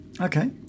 Okay